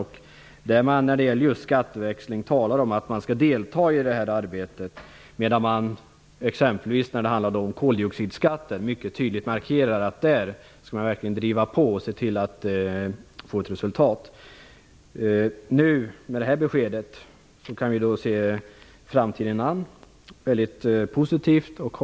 Där talar man när det gäller skatteväxling om att man skall delta i arbetet, medan man exempelvis när det handlade om koldioxidskatten mycket tydligt markerade att man verkligen skall driva på och se till att det blir resultat. Med det här beskedet kan vi se framtiden an på ett positivt sätt.